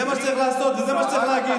זה מה שצריך לעשות וזה מה שצריך להגיד.